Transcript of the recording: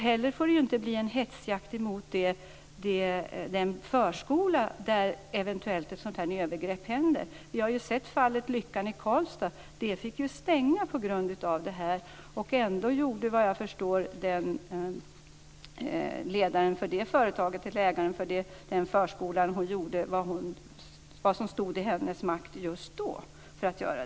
Det får heller inte bli en hetsjakt på den förskola där ett övergrepp eventuellt har skett. Vi har sett fallet med Lyckan i Karlstad som fick stängas. Ändå gjorde, vad jag förstår, ägaren av denna förskola vad som stod i hennes makt just då.